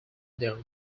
there